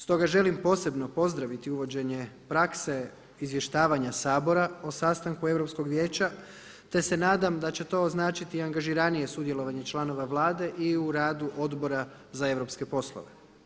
Stoga želim posebno pozdraviti uvođenje prakse izvještavanja Sabora o sastanku Europskog vijeća te se nadam da će to značiti i angažiranije sudjelovanje članova Vlade i u radu Odbora za europske poslove.